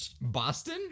Boston